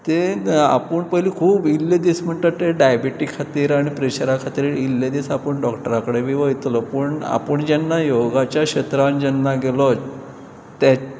ते आपूण पयलीं खूब आयिल्ले दीस म्हणटा ते डायबिटीज खातीर आनी प्रेशरा खातीर आयिल्ले दीस आपूण डॉक्टरा कडेन बी वयतलो पूण आपूण जेन्ना योगाच्या क्षेत्रान जेन्ना गेलो ते